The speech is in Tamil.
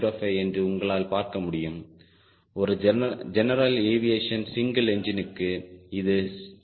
05 என்று உங்களால் பார்க்க முடியும் ஒரு ஜெனரல் ஏவியேஷன் சிங்கிள் இன்ஜினுக்கு இது 2